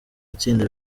itsinda